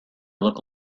look